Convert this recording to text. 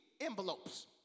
envelopes